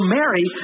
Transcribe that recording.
Mary